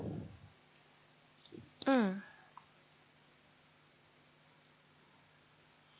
mm